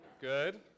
Good